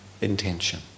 intention